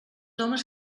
homes